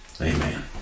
Amen